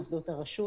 מוסדות הרשות